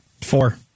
Four